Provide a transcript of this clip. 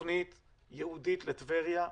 תוכנית ייעודית לטבריה ולאילת.